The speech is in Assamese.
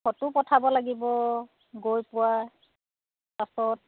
ফটো পঠাব লাগিব গৈ পোৱা তাৰছত